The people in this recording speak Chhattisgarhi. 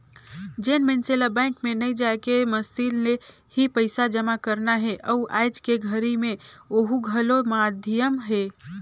जेन मइनसे ल बैंक मे नइ जायके मसीन ले ही पइसा जमा करना हे अउ आयज के घरी मे ओहू घलो माधियम हे